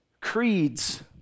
creeds